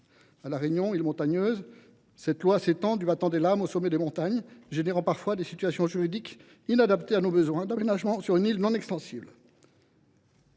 À La Réunion, île montagneuse, cette loi s’étend du battant des lames au sommet des montagnes, générant parfois des situations juridiques inadaptées à nos besoins d’aménagement sur une île non extensible.